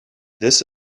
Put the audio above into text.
this